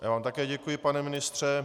Já vám také děkuji, pane ministře.